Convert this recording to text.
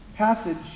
passage